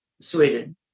Sweden